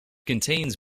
contains